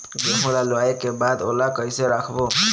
गेहूं ला लुवाऐ के बाद ओला कइसे राखबो?